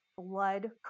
Blood